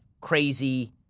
crazy